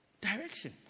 Direction